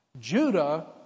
Judah